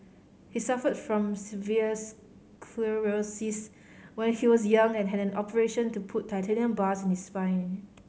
he suffered from severe sclerosis when he was young and had an operation to put titanium bars in his spine